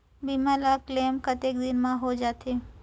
बीमा ला क्लेम कतेक दिन मां हों जाथे?